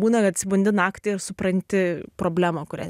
būna atsibundi naktį ir supranti problemą kurią